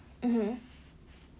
mmhmm